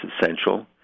essential